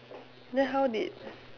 then how did